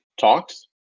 talks